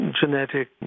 genetic